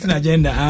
agenda